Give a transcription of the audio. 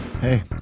Hey